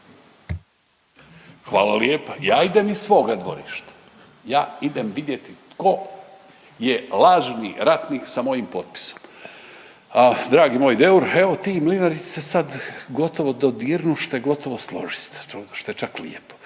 Hvala lijepa. Ja idem iz svoga dvorišta, ja idem vidjeti tko je lažni ratnik sa mojim potpisom. Dragi moj Deur evo ti i Mlinarić se sad gotovo dodirnušte, gotovo složište, to što je čak lijepo.